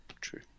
True